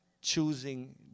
choosing